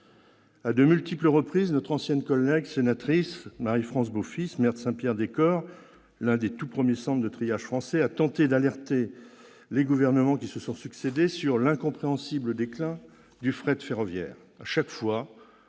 À de multiples reprises, notre ancienne collègue Marie-France Beaufils, maire de Saint-Pierre-des-Corps, l'un des tout premiers centres de triage français, a tenté d'alerter les gouvernements successifs sur l'incompréhensible déclin du fret ferroviaire.